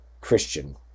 Christian